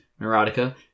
Neurotica